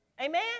Amen